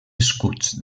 escuts